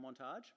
montage